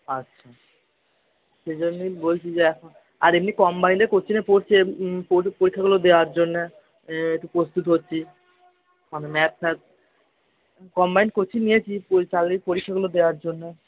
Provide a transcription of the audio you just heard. আচ্ছা সেই জন্যই বলছি যে এখন আর এমনি কম্বাইন্ডে কোচিঙে পড়ছি পরীক্ষাগুলো দেওয়ার জন্যে একটু প্রস্তুত হচ্ছি মানে ম্যাথ ফ্যাথ কম্বাইন্ড কোচিঙ নিয়েছি চাকরির পরীক্ষাগুলো দেওয়ার জন্য